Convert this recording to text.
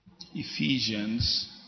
Ephesians